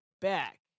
back